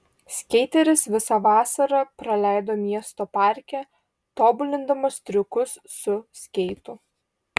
skeiteris visą vasarą praleido miesto parke tobulindamas triukus su skeitu